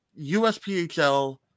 USPHL